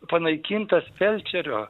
panaikintas felčerio